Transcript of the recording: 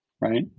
right